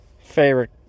favorite